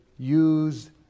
Use